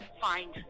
find